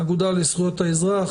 האגודה לזכויות האזרח,